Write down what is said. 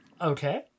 Okay